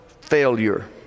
failure